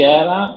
era